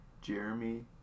Jeremy